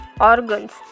organs